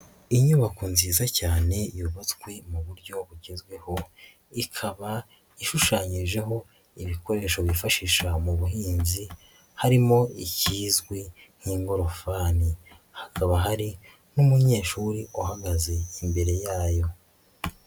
Inyubako nziza cyane yubatswe mu buryo bugezweho ikaba ishushanyijeho ibikoresho bifashisha mu buhinzi harimo ikizwi nk'ingorofani, hakaba hari n'umunyeshuri uhagaze imbere yayo.